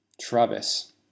Travis